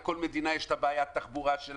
לכל מדינה יש את הבעיות שלה.